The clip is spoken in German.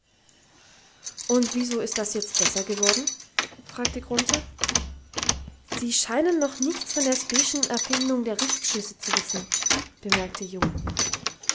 und wieso ist das jetzt besser geworden fragte grunthe sie scheinen noch nichts von der speschen erfindung der richtschüsse zu wissen bemerkte jo